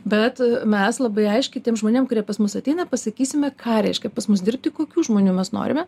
bet mes labai aiškiai tiem žmonėm kurie pas mus ateina pasakysime ką reiškia pas mus dirbti kokių žmonių mes norime